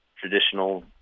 traditional